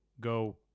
go